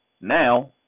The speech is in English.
Now